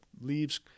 leaves